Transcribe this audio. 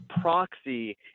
proxy